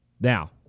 Now